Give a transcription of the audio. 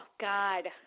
God